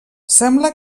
sembla